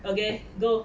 okay go